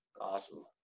awesome